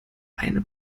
eine